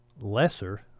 lesser